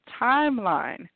timeline